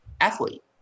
athlete